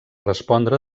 respondre